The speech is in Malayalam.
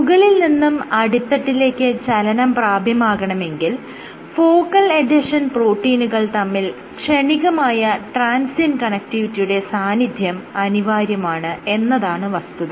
മുകളിൽ നിന്നും അടിത്തട്ടിലേക്ക് ചലനം പ്രാപ്യമാകണമെങ്കിൽ ഫോക്കൽ എഡ്ഹെഷൻ പ്രോട്ടീനുകൾ തമ്മിൽ ക്ഷണികമായ ട്രാൻസിയൻറ് കണക്റ്റിവിറ്റിയുടെ സാന്നിധ്യം അനിവാര്യമാണ് എന്നതാണ് വസ്തുത